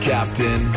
Captain